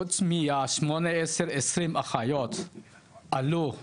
חוץ מה-18-20 אחיות שעלו מהודו.